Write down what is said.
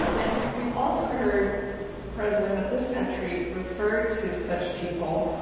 and we have also heard the president of this country refer to such people,